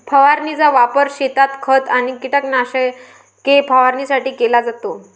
फवारणीचा वापर शेतात खत आणि कीटकनाशके फवारणीसाठी केला जातो